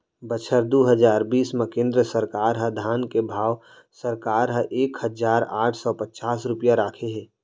बछर दू हजार बीस म केंद्र सरकार ह धान के भाव सरकार ह एक हजार आठ सव पचास रूपिया राखे हे